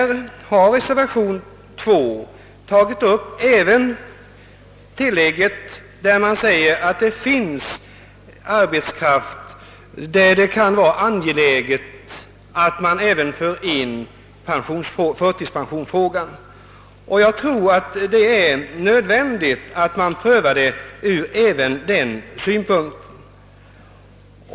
Reservation II har tagit upp tillägget och framhåller att det finns arbetskraft för vilken det kan vara angeläget att föra in förtidspensionsfrågor. Jag tror det är nödvändigt att man prövar frågan även ur denna synpunkt.